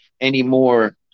anymore